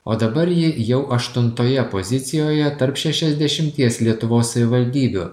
o dabar ji jau aštuntoje pozicijoje tarp šešiasdešimties lietuvos savivaldybių